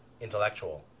intellectual